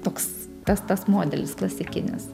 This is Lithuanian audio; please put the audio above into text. toks tas tas modelis klasikinis